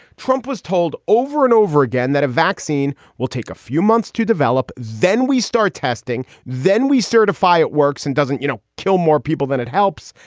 trump was told over and over again that a vaccine will take a few months to develop. then we start testing, then we certify it works and doesn't, you know, kill more people than it helps.